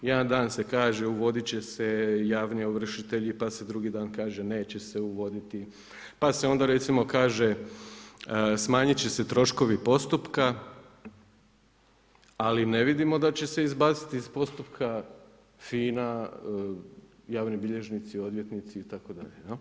Jedan se kaže uvodit će se javni ovršitelji pa se drugi dan kaže neće se uvoditi, pa se onda recimo kaže smanjit će se troškovi postupka, ali ne vidimo da će se izbaciti iz postupka FINA, javni bilježnici, odvjetnici itd.